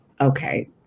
Okay